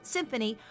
Symphony